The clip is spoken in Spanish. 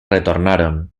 retornaron